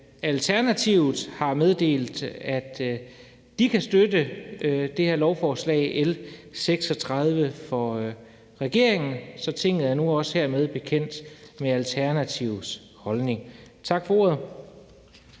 Alternativet har meddelt, at de også kan støtte lovforslaget L 36 fra regeringen, så Tinget er nu hermed også bekendt med Alternativets holdning til det. Tak for ordet.